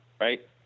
right